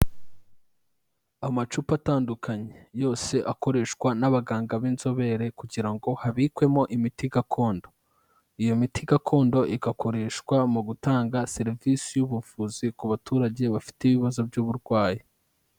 Amacupa atandukanye yose akoreshwa n'abaganga b'inzobere kugira ngo habikwemo imiti gakondo. Iyo miti gakondo igakoreshwa mu gutanga serivisi y'ubuvuzi ku baturage bafite ibibazo by'uburwayi.